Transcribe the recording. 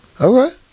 Okay